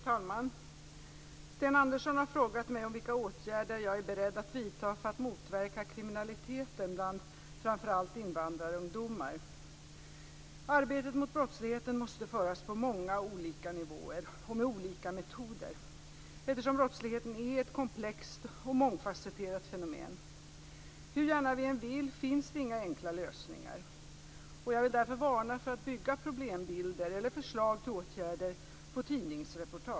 Fru talman! Sten Andersson har frågat mig om vilka åtgärder jag är beredd att vidta för att motverka kriminaliteten bland framför allt invandrarungdomar. Arbetet mot brottsligheten måste föras på många olika nivåer och med olika metoder, eftersom brottsligheten är ett komplext och mångfacetterat fenomen. Hur gärna vi än vill, finns inga enkla lösningar. Jag vill därför varna för att bygga problembilder eller förslag till åtgärder på tidningsreportage.